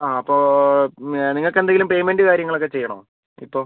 ആ അപ്പോൾ നിങ്ങൾക്ക് എന്തെങ്കിലും പേയ്മെൻറ്റ് കാര്യങ്ങൾ ഒക്കെ ചെയ്യണോ ഇപ്പം